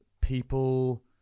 people